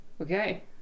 okay